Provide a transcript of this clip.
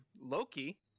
Loki